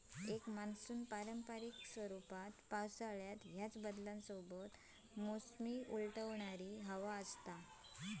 एक मान्सून पारंपारिक रूपात पावसाळ्यात ह्याच बदलांसोबत मोसमी उलटवणारी हवा हा